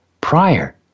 prior